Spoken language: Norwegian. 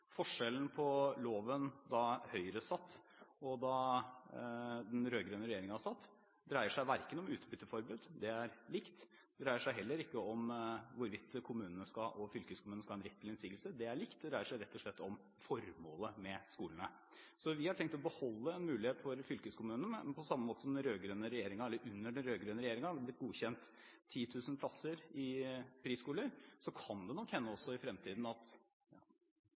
Det dreier seg heller ikke om hvorvidt kommunene og fylkeskommunene skal ha rett til innsigelse. Det er likt. Det dreier seg rett og slett om formålet med skolene. Vi har tenkt å beholde en mulighet for fylkeskommunene. På samme måte som det under den rød-grønne regjeringen ble godkjent 10 000 plasser i friskoler, kan det nok hende også i fremtiden at